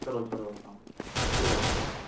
چلو چلو اسلامُ علیکُم شُکریہ شُکریہ